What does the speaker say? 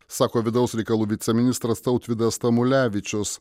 sako vidaus reikalų viceministras tautvydas tamulevičius